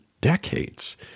decades